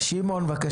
במשבר קשה